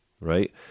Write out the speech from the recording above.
right